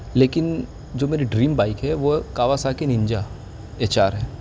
لیکن جو میری ڈریم بائک ہے وہ کاواساکی ننجا ایچ آر ہے